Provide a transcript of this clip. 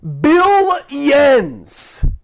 billions